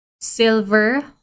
silver